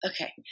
okay